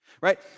right